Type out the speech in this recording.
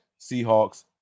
Seahawks